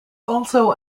also